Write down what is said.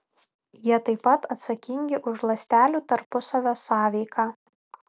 jie taip pat atsakingi už ląstelių tarpusavio sąveiką